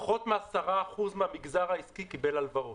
פחות מ-10% מהמגזר העסקי קיבל הלוואות.